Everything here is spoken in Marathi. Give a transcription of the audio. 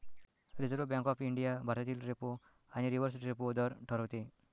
रिझर्व्ह बँक ऑफ इंडिया भारतातील रेपो आणि रिव्हर्स रेपो दर ठरवते